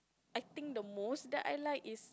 I think the most that I like is